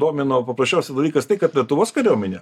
domino paprasčiausias dalykas tai kad lietuvos kariuomenė